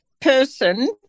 person